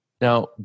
now